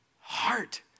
heart